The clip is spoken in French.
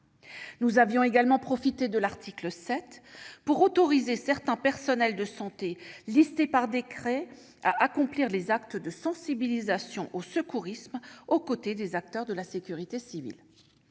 Nous avions également profité du dispositif de l'article 7 pour autoriser certains personnels de santé, dont la liste sera fixée par décret, à accomplir les actes de sensibilisation au secourisme aux côtés des acteurs de la sécurité civile.